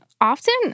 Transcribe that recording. often